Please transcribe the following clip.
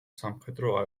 სამხედრო